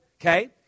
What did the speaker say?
Okay